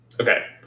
Okay